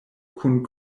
kun